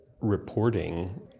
reporting